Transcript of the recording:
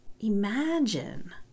imagine